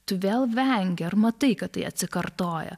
tu vėl vengi ar matai kad tai atsikartoja